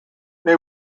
they